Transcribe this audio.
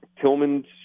Tillman's